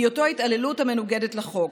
בהיותו התעללות המנוגדת לחוק.